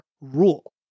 rule